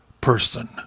person